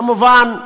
כמובן,